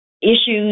issues